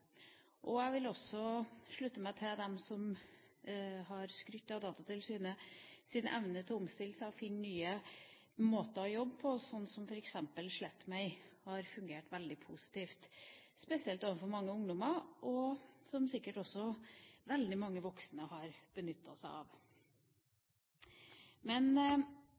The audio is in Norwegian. området. Jeg vil også slutte meg til dem som har skrytt av Datatilsynets evne til å omstille seg og finne nye måter å jobbe på, sånn som f.eks. slettmeg.no som har fungert veldig positivt, spesielt overfor mange ungdommer, og som sikkert også veldig mange voksne har benyttet seg